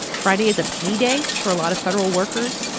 friday is a pay day for a lot of federal workers.